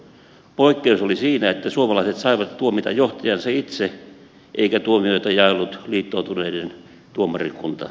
poikkeus oli siinä että suomalaiset saivat tuomita johtajansa itse eikä tuomioita jaellut liittoutuneiden tuomarikunta